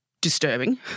disturbing